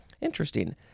Interesting